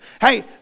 Hey